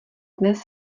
dnes